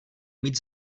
mít